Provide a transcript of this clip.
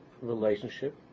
relationship